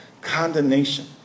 condemnation